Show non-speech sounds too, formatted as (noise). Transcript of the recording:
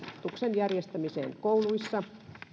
(unintelligible) opetuksen järjestämiseen kouluissa